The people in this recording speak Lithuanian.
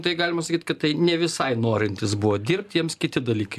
tai galima sakyt kad tai ne visai norintys buvo dirbt jiems kiti dalykai